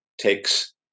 takes